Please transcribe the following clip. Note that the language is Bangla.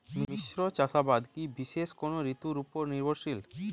মিশ্র চাষাবাদ কি বিশেষ কোনো ঋতুর ওপর নির্ভরশীল?